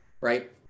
right